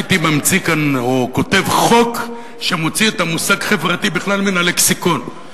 הייתי ממציא כאן או כותב חוק שמוציא את המושג "חברתי" בכלל מהלקסיקון,